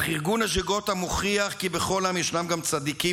אך ארגון ז'גוטה מוכיח כי בכל עם ישנם גם צדיקים